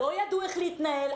לא ידעו איך להתנהל,